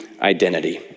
identity